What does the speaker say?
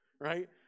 right